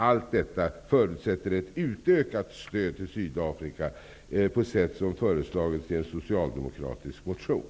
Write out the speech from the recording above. Allt detta förutsätter ett utökat stöd till Sydafrika på ett sätt som föreslagits i en socialdemokratisk motion.